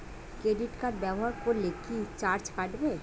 Credit card ব্যাবহার করলে কি চার্জ কাটবে?